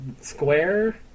square